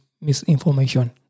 misinformation